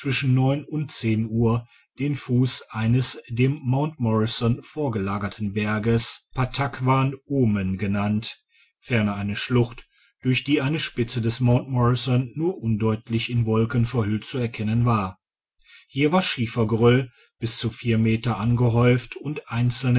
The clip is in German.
zwischen neun und zehn uhr den fuss eines dem mt morrison vorgelagerten berges pattakwan omen genannt ferner eine schlucht durch die eine spitze des mt morrison nur undeutlich in wolken verhüllt zu erkennen war hier war schiefergeröll bis zu vier meter angehäuft und einzelne